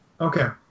okay